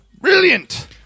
brilliant